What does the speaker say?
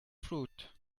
fruit